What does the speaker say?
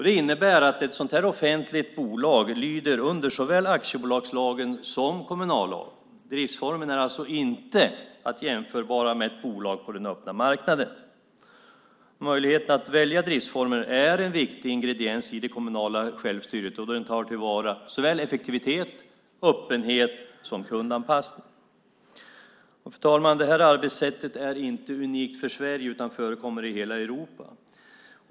Det innebär att ett sådant här offentligt bolag lyder under såväl aktiebolagslagen som kommunallagen. Driftsformen är alltså inte jämförbar med ett bolag på den öppna marknaden. Möjligheten att välja driftsformer är en viktig ingrediens i det kommunala självstyret, och den tar till vara såväl effektivitet och öppenhet som kundanpassning. Fru talman! Det här arbetssättet är inte unikt för Sverige, utan förekommer i hela Europa.